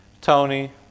Tony